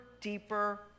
deeper